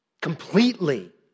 completely